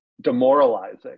Demoralizing